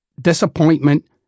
disappointment